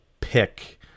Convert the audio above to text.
pick